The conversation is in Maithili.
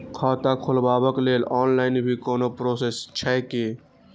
खाता खोलाबक लेल ऑनलाईन भी कोनो प्रोसेस छै की?